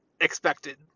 expected